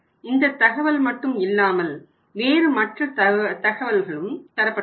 இந்த தகவல் மட்டும் இல்லாமல் வேறு மற்ற தகவல்களும் தரப்பட்டுள்ளன